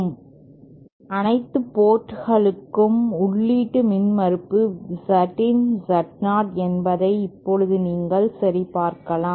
' அனைத்து போர்ட்களுக்கும் உள்ளீட்டு மின்மறுப்பு Zin Z0 என்பதை இப்போது நீங்கள் சரிபார்க்கலாம்